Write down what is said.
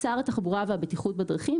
(ד)שר התחבורה והבטיחות בדרכים,